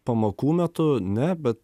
pamokų metu ne bet